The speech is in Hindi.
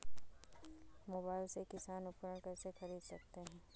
मोबाइल से किसान उपकरण कैसे ख़रीद सकते है?